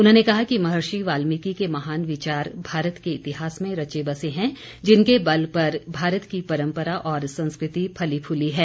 उन्होंने कहा कि महर्षि वाल्मीकि के महान विचार भारत के इतिहास में रचे बसे हैं जिनके बल पर भारत की परंपरा और संस्कृति फली फूली है